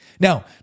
Now